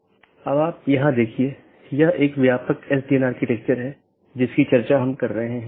BGP पड़ोसी या BGP speaker की एक जोड़ी एक दूसरे से राउटिंग सूचना आदान प्रदान करते हैं